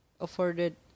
afforded